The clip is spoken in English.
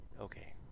okay